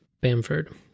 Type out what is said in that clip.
Bamford